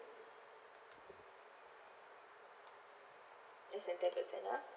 less than ten percent ah